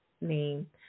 name